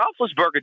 Roethlisberger